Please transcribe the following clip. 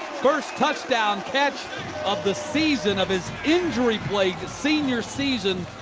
first touchdown catch of the season of his injury plagued senior season,